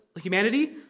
humanity